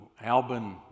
Albin